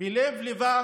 בלב-ליבה